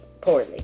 poorly